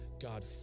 God